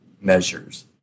measures